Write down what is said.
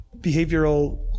behavioral